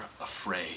afraid